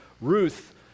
Ruth